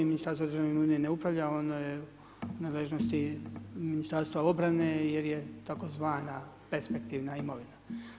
I Ministarstvo državne uprave ne upravlja, ono je u nadležnosti Ministarstva obrane jer je tzv. perspektivna imovina.